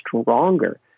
stronger